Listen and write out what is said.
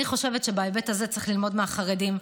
אני חושבת שבהיבט הזה צריך ללמוד מהחרדים.